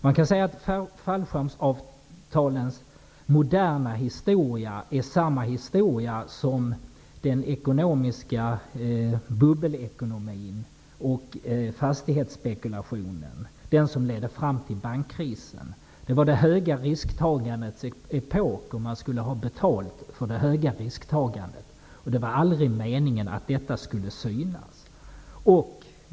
Man kan säga att fallskärmsavtalens moderna historia är samma historia som detta med den ekonomiska bubbelekonomin och fastighetsspekulationen, som ledde till bankkrisen. Det var det höga risktagandets epok. Man skulle ha betalt för det höga risktagandet, men det var aldrig meningen att detta skulle synas.